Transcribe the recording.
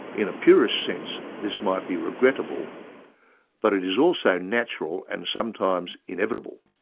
in a purist sense this might be regrettable but it is also natural and sometimes inevitable.